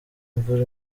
imvura